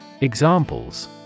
Examples